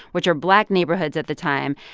which are black neighborhoods at the time.